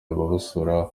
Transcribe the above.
ababasura